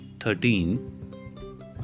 Thirteen